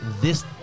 this-